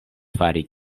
fari